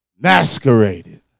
masqueraded